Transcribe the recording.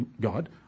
God